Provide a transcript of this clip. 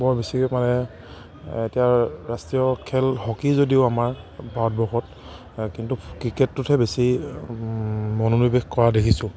বৰ বেছিকৈ মানে এতিয়া ৰাষ্ট্ৰীয় খেল হকী যদিও আমাৰ ভাৰতবৰ্ষত কিন্তু ক্ৰিকেটটোতহে বেছি মনোনিৱেশ কৰা দেখিছোঁ